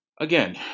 again